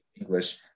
English